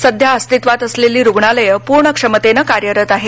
सध्या अस्तित्त्वात असलेली रुग्णालयं पूर्ण क्षमतेनं कार्यरत आहेत